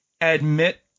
admit